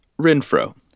Renfro